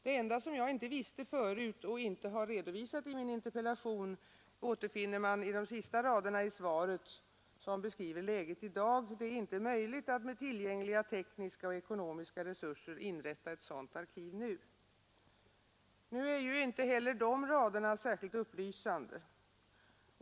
Det enda jag inte visste förut och inte har redovisat i min interpellation återfinner man i de sista raderna i svaret, som beskriver läget i dag: det är inte möjligt att med tillgängliga tekniska och ekonomiska resurser inrätta ett sådant arkiv i dag. Nu är inte heller de raderna särskilt upplysande.